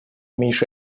меньше